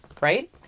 right